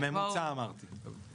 אמרתי שזה ממוצע.